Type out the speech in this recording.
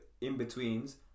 in-betweens